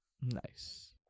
Nice